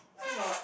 still got what